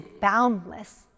boundless